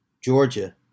Georgia